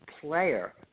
player